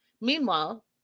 Meanwhile